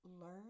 Learn